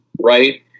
right